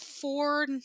four